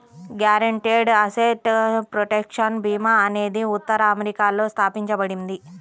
guaranteed asset protection భీమా అనేది ఉత్తర అమెరికాలో స్థాపించబడింది